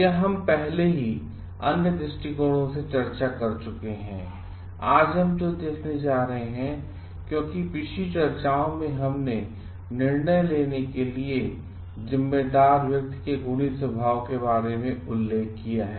यह हम पहले ही अन्य दृष्टिकोणों से चर्चा कर चुके हैंआज हम जो देखने जा रहे हैं क्योंकि पिछली चर्चाओं में हमने निर्णय लेने के लिए जिम्मेदार व्यक्ति के गुणी स्वभाव के बारे में उल्लेख किया है